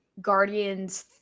guardians